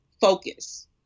focus